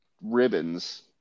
ribbons